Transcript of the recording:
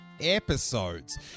Episodes